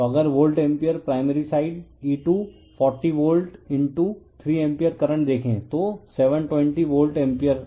तो अगर volt ampere primary side E240 volt 3 ampere current देखें तो 720 वोल्ट एम्पीयर